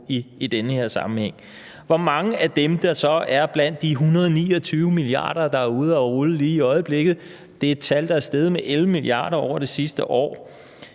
i den her sammenhæng. Hvor mange af dem, der så er blandt dem, der skylder de 129 mia. kr., der er ude at rulle lige i øjeblikket – det er et tal, der er steget med 11 mia. kr. over det sidste år